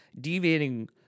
deviating